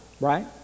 right